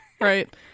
Right